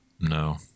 no